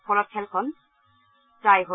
ফলত খেলখন টাই হয়